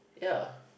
ya